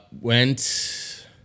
went